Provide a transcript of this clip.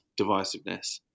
divisiveness